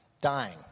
dying